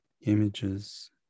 images